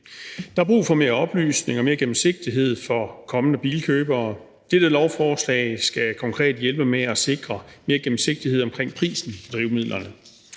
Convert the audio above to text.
Der er brug for mere oplysning og mere gennemsigtighed for kommende bilkøbere, og dette lovforslag skal konkret hjælpe med at sikre mere gennemsigtighed for prisen på drivmidlerne.